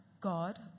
God